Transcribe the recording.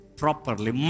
properly